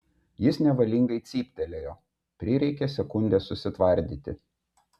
jis nevalingai cyptelėjo prireikė sekundės susitvardyti